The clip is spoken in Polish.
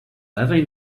lewej